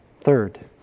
Third